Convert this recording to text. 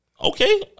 okay